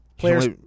Players